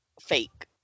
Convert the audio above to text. fake